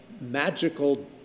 magical